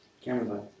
Camera